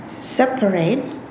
Separate